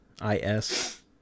I-S